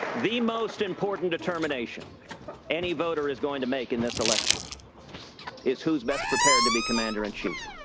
the most important determination any voter is going to make in this election is who's best prepared to be commander in chief.